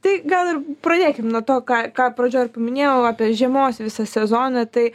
tai gal ir pradėkim nuo to ką ką pradžioj ir paminėjau apie žiemos visą sezoną tai